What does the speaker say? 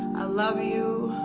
i love you.